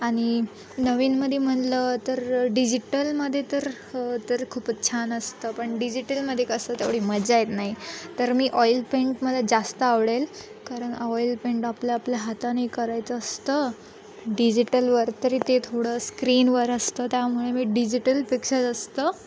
आणि नवीनमध्ये म्हटलं तर डिजिटलमध्ये तर तर खूपच छान असतं पण डिजिटलमध्ये कसं तेवढी मजा येत नाही तर मी ऑईल पेंट मला जास्त आवडेल कारण ऑईल पेंट आपल्या आपल्या हाताने करायचं असतं डिजिटलवर तरी ते थोडं स्क्रीनवर असतं त्यामुळे मी डिजिटलपेक्षा जास्तं